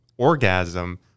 Orgasm